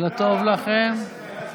ההצעה